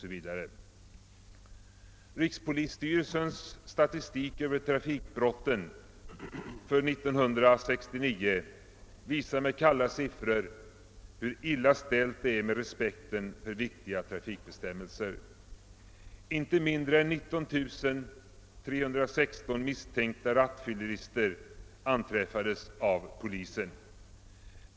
S. V. Rikspolisstyrelsens statistik över trafikbrotten för 1969 visar med kalla siffror hur illa ställt det är med respekten för viktiga trafikbestämmelser. Inte mindre än 19316 misstänkta rattfyllerister anträffades av polisen.